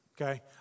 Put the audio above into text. Okay